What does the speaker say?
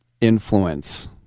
influence